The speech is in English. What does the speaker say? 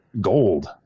gold